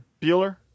Bueller